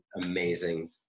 amazing